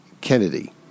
Kennedy